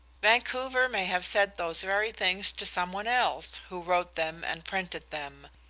vancouver may have said those very things to some one else, who wrote them and printed them.